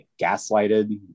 gaslighted